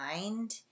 mind